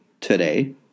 today